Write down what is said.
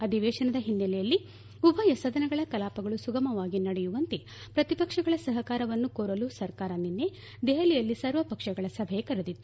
ಅಧಿವೇಶನದ ಹಿನ್ನೆಲೆಯಲ್ಲಿ ಉಭಯ ಸದನಗಳ ಕಲಾಪಗಳು ಸುಗಮವಾಗಿ ನಡೆಯುವಂತೆ ಪ್ರತಿಪಕ್ಷಗಳ ಸಹಕಾರವನ್ನು ಕೋರಲು ಸರ್ಕಾರ ನಿನ್ನೆ ದೆಹಲಿಯಲ್ಲಿ ಸರ್ವಪಕ್ಷಗಳ ಸಭೆ ಕರೆದಿತ್ತು